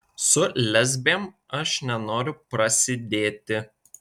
su lesbėm aš nenoriu prasidėti